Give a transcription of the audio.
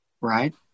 Right